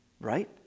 right